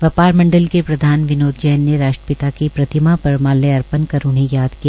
व्यापार मंडल के प्रधान विनोद जैन ने राष्ट्रपिता की प्रतिमा पर माल्यार्पण कर उन्हें याद किया